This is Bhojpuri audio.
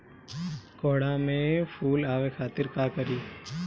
कोहड़ा में फुल आवे खातिर का करी?